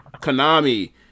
Konami